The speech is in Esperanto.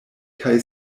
kaj